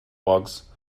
bugs